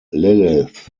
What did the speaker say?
lilith